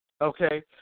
okay